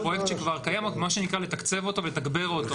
זה פרויקט שכבר קיים, רק לתקצב אותו ולתגבר אותו.